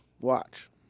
Watch